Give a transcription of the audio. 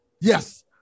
Yes